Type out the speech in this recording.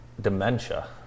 dementia